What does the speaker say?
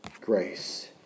grace